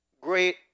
great